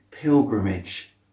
pilgrimage